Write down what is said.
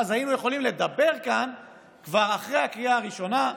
ואז היינו יכולים לדבר כאן כבר אחרי הקריאה הראשונה.